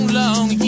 long